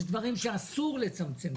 אבל יש דברים שאסור לצמצם.